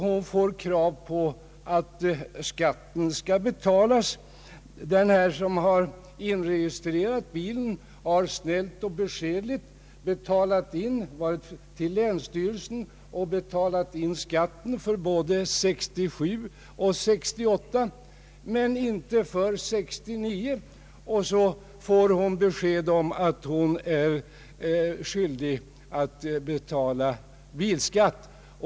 Hon får krav på att skatten skall betalas. Den person som inregistrerat bilen har snällt och beskedligt betalat in skatt till länsstyrelsen för både 1967 och 1968 men inte för 1969, och så får den här damen besked om att hon är skyldig att betala bilskatt.